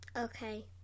Okay